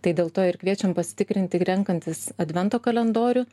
tai dėl to ir kviečiam pasitikrinti renkantis advento kalendorių